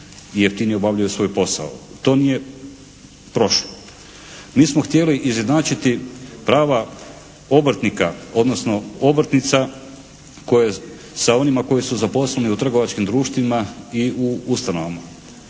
jeftinije obavljaju svoj posao. To nije prošlo. Mi smo htjeli izjednačiti prava obrtnika, odnosno obrtnica sa onima koji su zaposleni u trgovačkim društvima i u ustanovama.